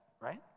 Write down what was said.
right